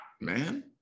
man